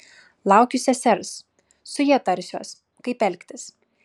laukiu sesers su ja tarsiuos kaip elgtis